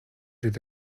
did